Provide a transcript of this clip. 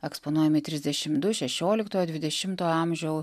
eksponuojami trisdešim du šešioliktojo dvidešimto amžių